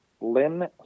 Lynn